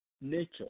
nature